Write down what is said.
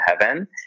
heaven